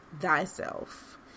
thyself